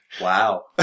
Wow